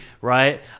right